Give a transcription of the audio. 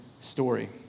story